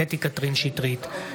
קטי קטרין שטרית,